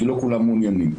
כי לא כולם מעוניינים.